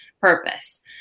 purpose